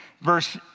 verse